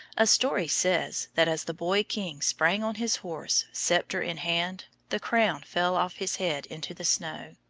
a story says that as the boy-king sprang on his horse, sceptre in hand, the crown fell off his head into the snow.